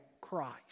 Christ